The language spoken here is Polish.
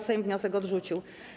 Sejm wniosek odrzucił.